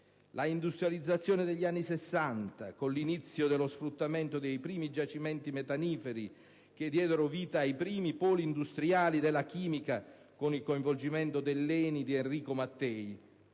L'industrializzazione degli anni Sessanta, con l'inizio dello sfruttamento dei primi giacimenti metaniferi, diede vita ai primi poli industriali della chimica, con il coinvolgimento dell'ENI di Enrico Mattei.